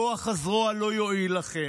כוח הזרוע לא יועיל לכם.